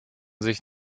sich